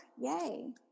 Yay